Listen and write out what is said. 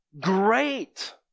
great